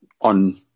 on